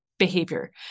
behavior